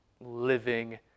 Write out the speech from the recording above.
living